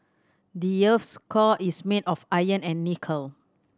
the earth's core is made of iron and nickel